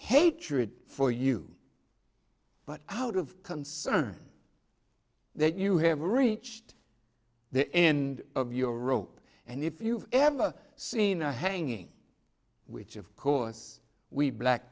hatred for you but out of concern that you have reached the end of your rope and if you've ever seen a hanging which of course we black